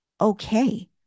okay